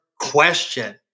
question